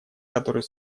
который